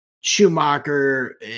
Schumacher